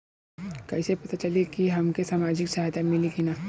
कइसे से पता चली की हमके सामाजिक सहायता मिली की ना?